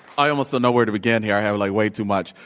i almost don't know where to begin here. i have, like way too much.